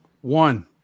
One